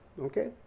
Okay